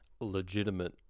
legitimate